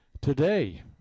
today